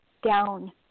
down